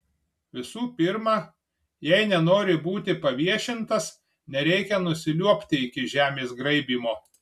visų pirma jei nenori būti paviešintas nereikia nusiliuobti iki žemės graibymo